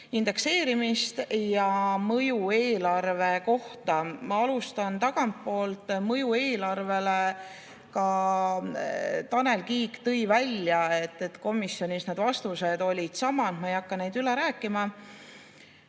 indekseerimist ja mõju eelarvele. Ma alustan tagantpoolt: mõju eelarvele. Ka Tanel Kiik tõi välja, et komisjonis need vastused olid samad, ma ei hakka neid üle rääkima.